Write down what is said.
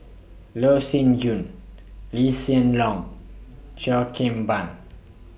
Loh Sin Yun Lee Hsien Loong Cheo Kim Ban